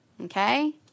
okay